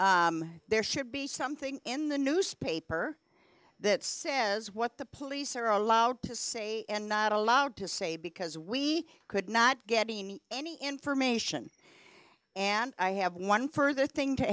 glass there should be something in the newspaper that says what the police are allowed to say and not allowed to say because we could not get any information and i have one further thing to